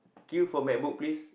queue for MacBook please